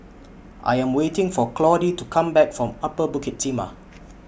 I Am waiting For Claudie to Come Back from Upper Bukit Timah